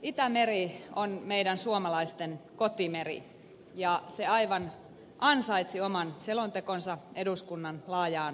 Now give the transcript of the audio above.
itämeri on meidän suomalaisten kotimeri ja se aivan ansaitsi oman selontekonsa eduskunnan laajaan käsittelyyn